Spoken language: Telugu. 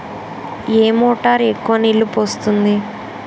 ఏ మోటార్ ఎక్కువ నీళ్లు పోస్తుంది?